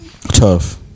Tough